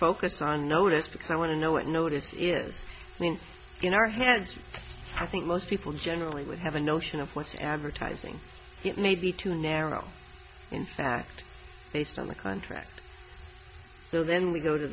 focus on notice because i want to know what notice is in our hands i think most people generally would have a notion of what's advertising it may be too narrow in fact based on the contract so then we go to